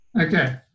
Okay